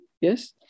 yes